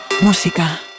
música